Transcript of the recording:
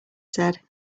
said